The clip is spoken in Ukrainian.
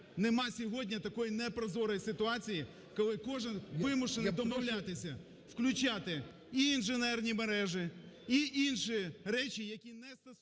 нема сьогодні такої непрозорої ситуації, коли кожен вимушений домовлятися включати і інженерні мережі, і інші речі, які не стосуються